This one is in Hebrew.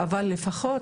אבל לפחות